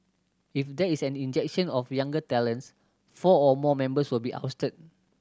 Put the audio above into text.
if there is an injection of younger talents four or more members will be ousted